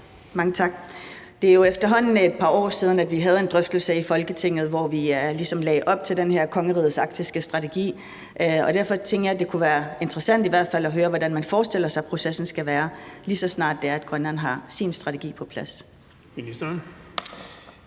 Mange tak. Det er jo efterhånden et par år siden, at vi havde en drøftelse i Folketinget, hvor vi ligesom lagde op til den her arktiske strategi for kongeriget, og derfor tænker jeg, at det kunne være interessant i hvert fald at høre, hvordan man forestiller sig at processen skal være, lige så snart Grønland har sin strategi på plads.